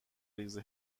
ریز